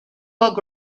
bug